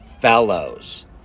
fellows